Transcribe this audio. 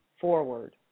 forward